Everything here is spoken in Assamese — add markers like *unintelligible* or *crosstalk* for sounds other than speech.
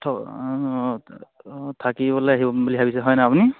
*unintelligible* থাকিবলৈ আহিম বুলি ভাবিছে হয় ন আপুনি